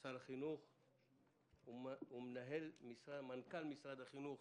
שר החינוך ומנכ"ל משרד החינוך,